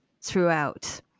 throughout